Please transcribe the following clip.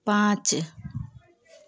पाँच